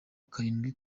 karindwi